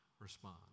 respond